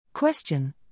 Question